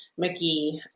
McGee